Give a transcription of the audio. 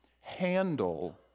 handle